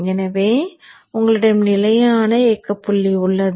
எனவே உங்களிடம் நிலையான இயக்கப் புள்ளி உள்ளது